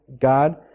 God